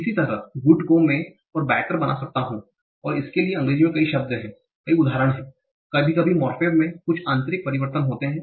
इसी तरह गुड को मैं ओर बेटर बना सकता हूं और इसके लिए अंग्रेजी में कई उदाहरण हैं कभी कभी मोर्फेम में कुछ आंतरिक परिवर्तन होते हैं